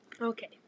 Okay